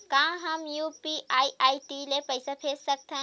का हम UPI ID ले पईसा भेज सकथन?